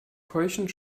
keuchend